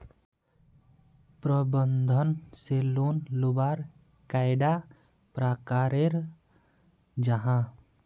प्रबंधन से लोन लुबार कैडा प्रकारेर जाहा?